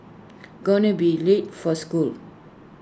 gonna be late for school